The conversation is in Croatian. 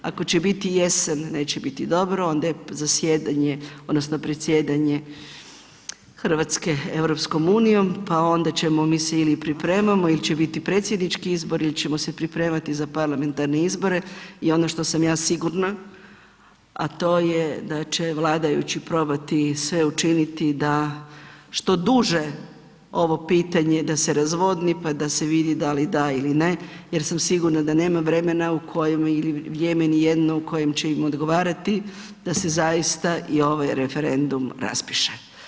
Ako će biti jesen, neće biti dobro, onda je zasjedanje, odnosno predsjedanje Hrvatske EU-om, pa onda ćemo mi se ili pripremamo ili će biti predsjednički izbori ili ćemo se pripremati za parlamentarne izbore i ono što sam ja sigurna, a to je da će vladajući probati sve učiniti da što duže ovo pitanje da se razvodni pa da se vidi, da li da ili ne jer sam sigurna da nema vremena u kojem ili vrijeme nijedno u kojem će im odgovarati da se zaista i ovaj referendum raspiše.